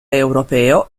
europeo